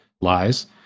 lies